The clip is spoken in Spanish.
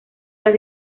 las